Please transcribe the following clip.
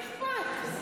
למי אכפת?